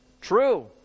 True